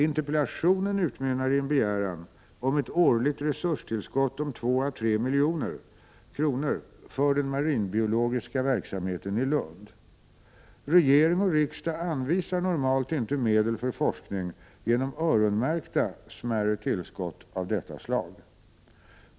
Interpellationen utmynnar i en begäran om ett årligt resurstillskott om 2å3 milj.kr. för den marinbiologiska verksamheten i Lund. Regering och riksdag anvisar normalt inte medel för forskning genom öronmärkta smärre tillskott av detta slag.